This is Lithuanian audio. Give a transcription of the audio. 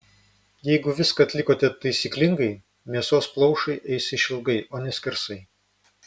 jeigu viską atlikote taisyklingai mėsos plaušai eis išilgai o ne skersai